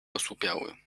osłupiały